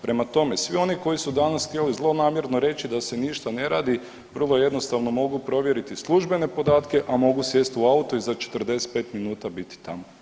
Prema tome, svi oni koji su danas htjeli zlonamjerno reći da se ništa ne radi, vrlo jednostavno mogu provjeriti službene podatke, a mogu sjesti u auto i za 45 minuta biti tamo.